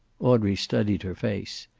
audrey studied her face.